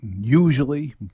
usually